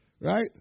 Right